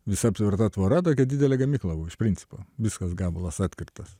visa aptverta tvora tokia didelė gamykla principo viskas gabalas apkirptas